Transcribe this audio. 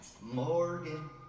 morgan